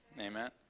Amen